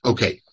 Okay